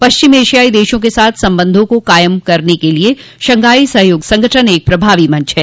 पश्चिम एशियाई देशों के साथ संबंधों को कायम करने के लिये शघाई सहयोग संगठन एक प्रभावी मंच है